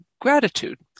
gratitude